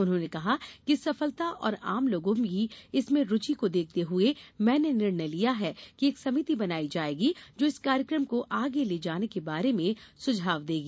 उन्होंने कहा कि इस सफलता और आम लोगों की इसमें रूचि को देखते हुए मैंने निर्णय लिया है कि एक समिति बनाई जायेगी जो इस कार्यक्रम को आगे ले जाने के बारे में सुझाव देगी